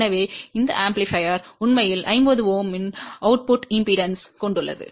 எனவே அந்த பெருக்கி உண்மையில் 50 Ω இன் வெளியீட்டு மின்மறுப்பைக் கொண்டுள்ளது